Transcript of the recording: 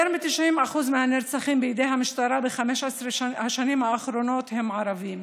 יותר מ-90% מהנרצחים בידי המשטרה ב-15 השנים האחרונות הם ערבים,